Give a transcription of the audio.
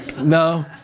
no